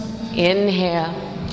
inhale